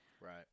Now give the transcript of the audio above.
Right